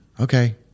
Okay